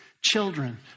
children